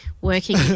working